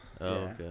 okay